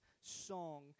song